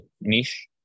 niche